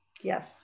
yes